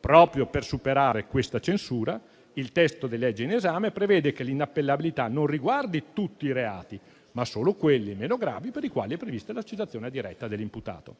Proprio per superare questa censura, il testo di legge in esame prevede che l'inappellabilità riguardi non tutti i reati, ma solo quelli meno gravi, per i quali è prevista l'accettazione diretta dell'imputato.